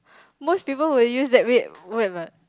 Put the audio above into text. most people will use that babe word [what]